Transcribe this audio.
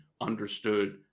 understood